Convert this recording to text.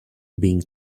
being